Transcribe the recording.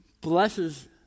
Blesses